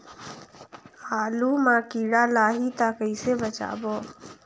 आलू मां कीड़ा लाही ता कइसे बचाबो?